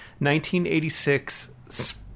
1986